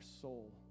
soul